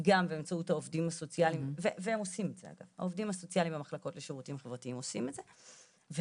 באמצעות העובדים הסוציאליים במחלקות לשירותים חברתיים עושים את זה,